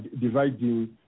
dividing